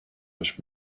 was